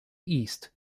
east